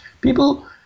People